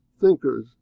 thinkers